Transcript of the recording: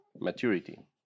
Maturity